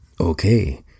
Okay